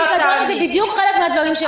חוק הפיקדון הוא בדיוק חלק מהדברים שעשיתי.